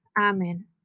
Amen